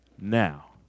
Now